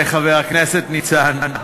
חבר הכנסת ניצן,